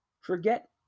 forget